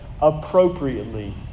appropriately